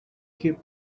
keep